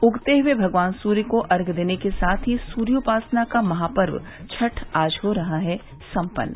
उगते हुए भगवान सूर्य को अर्घ्य देने के साथ ही सूर्योपासना का महापर्व छठ आज हो रहा है सम्पन्न